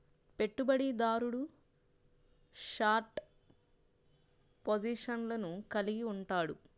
పెట్టుబడిదారుడు షార్ట్ పొజిషన్లను కలిగి ఉంటాడు